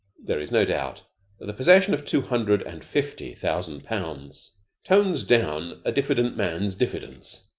there is no doubt that the possession of two hundred and fifty thousand pounds tones down a diffident man's diffidence.